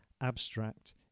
abstract